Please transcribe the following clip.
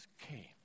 came